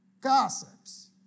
gossips